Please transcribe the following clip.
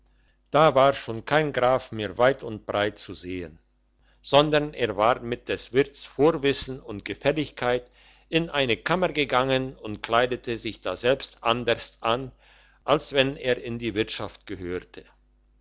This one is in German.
da war schon kein graf mehr weit und breit zu sehen sondern er war mit des wirts vorwissen und gefälligkeit in eine kammer gegangen und kleidete sich daselbst anderst an als wenn er in die wirtschaft gehörte